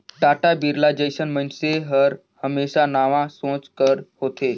टाटा, बिरला जइसन मइनसे हर हमेसा नावा सोंच कर होथे